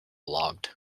logged